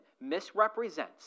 misrepresents